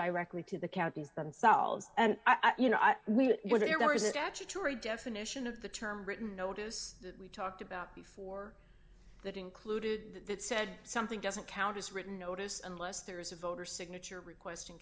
directly to the counties themselves and i you know we were there is it actually jury definition of the term written notice that we talked about before that included that said something doesn't count as written notice unless there is a voter signature requesting